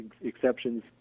exceptions